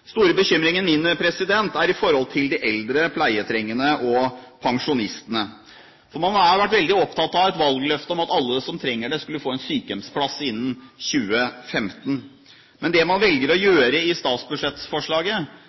Den store bekymringen min gjelder de eldre, de pleietrengende og pensjonistene. Man har vært veldig opptatt av et valgløfte om at alle som trenger det, skal få en sykehjemsplass innen 2015. Men det man velger å gjøre i statsbudsjettforslaget,